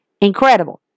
Incredible